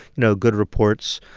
know, good reports,